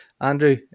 andrew